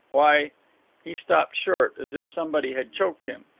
why he stopped short, as if somebody had choked him.